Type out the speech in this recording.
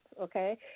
okay